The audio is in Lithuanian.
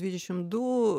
dvidešim du